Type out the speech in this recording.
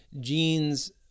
genes